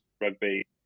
rugby